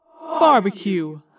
Barbecue